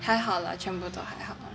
还好啦全部都还好